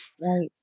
Right